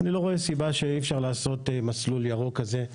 אני לא רואה סיבה שמונעת מאיתנו לעשות ׳מסלול ירוק׳ כזה גם כאן.